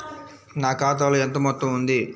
నా ఖాతాలో ఎంత మొత్తం ఉంది?